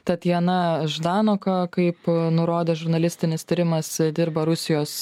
tatjana ždanoka kaip nurodė žurnalistinis tyrimas dirba rusijos